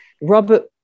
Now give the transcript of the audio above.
Robert